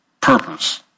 purpose